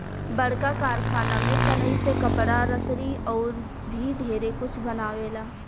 बड़का कारखाना में सनइ से कपड़ा, रसरी अउर भी ढेरे कुछ बनावेला